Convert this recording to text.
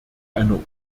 einer